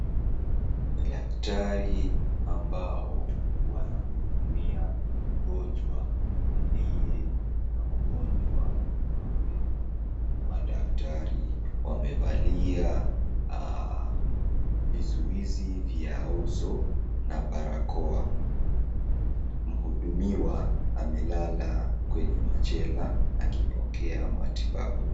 Daktari ambao wanahudumia mgonjwa aliye na ugonjwa wa meno. Madaktari wamevalia vizuizi vya uso na barakoa. Mhudumiwa amelala kwenye machela akipokea matibabu.